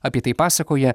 apie tai pasakoja